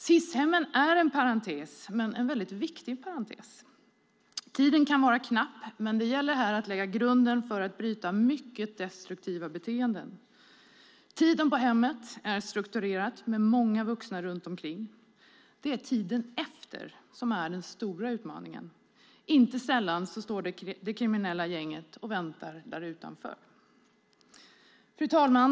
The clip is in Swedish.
Sishemmen är en parentes men en väldigt viktig parentes. Tiden kan vara knapp, men det gäller här att lägga grunden för att bryta mycket destruktiva beteenden. Tiden på hemmet är strukturerat med många vuxna runt omkring. Det är tiden efter som är den stora utmaningen. Inte sällan står det kriminella gänget och väntar utanför. Fru talman!